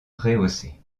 rehaussée